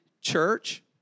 church